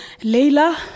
Layla